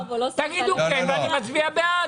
תאמרו כן ואני מצביע בעד.